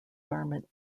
garment